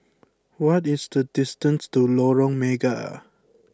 what is the distance to Lorong Mega